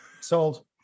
Sold